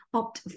opt